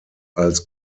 als